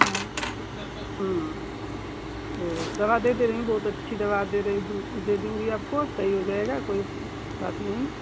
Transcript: हाँ तो दवा दे दे रही हूँ बहुत अच्छी दवा दे दूँ दे दूँगी आपको सही हो जाएगा कोई बात नहीं